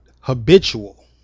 habitual